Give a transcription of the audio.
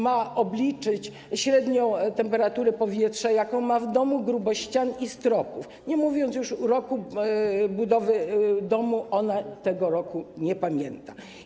Ma też obliczyć średnią temperaturę powietrza w domu, grubość ścian i stropów, nie mówiąc już o roku budowy domu - ona tego roku nie pamięta.